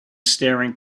staring